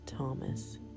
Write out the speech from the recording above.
Thomas